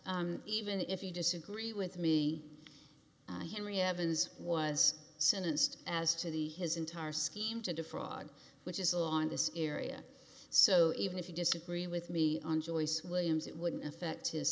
but even if you disagree with me henry evans was sentenced as to the his entire scheme to defraud which is on this area so even if you disagree with me on joyce williams it wouldn't affect h